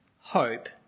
hope